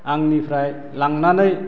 आंनिफ्राय लांनानै